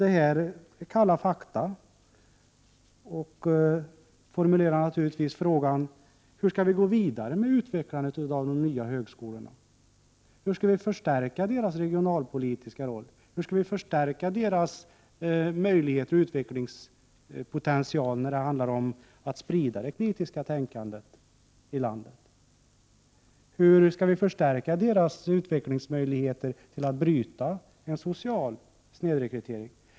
Detta är kalla fakta och leder naturligtvis till frågan: Hur skall vi gå vidare med utvecklandet av den nya högskolan? Hur skall vi förstärka högskolornas regionalpolitiska roll, deras möjlighet och utvecklingspotential när det gäller att sprida det kritiska tänkandet i landet? Hur skall vi förstärka deras utvecklingsmöjligheter till att bryta en social snedrekrytering?